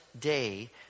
day